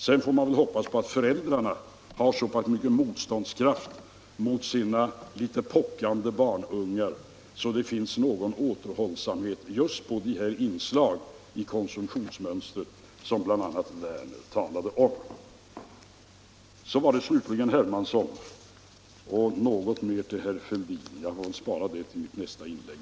Sedan får man väl hoppas att föräldrarna har motståndskraft mot sina litet pockande barnungar och att det finns någon återhållsamhet just på det här inslaget i konsumtionsmönstret, som bl.a. herr Werner talade om. Så var det slutligen herr Hermansson och litet mer till herr Fälldin. Jag får spara det till nästa inlägg.